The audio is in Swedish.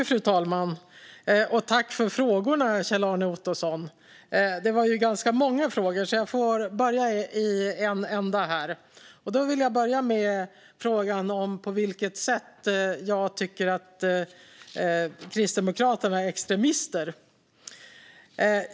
Fru talman! Jag tackar för frågorna, Kjell-Arne Ottosson. Det var ganska många frågor, och jag börjar i en ända. Jag börjar med frågan om på vilket sätt jag tycker att Kristdemokraterna är extremister.